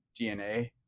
dna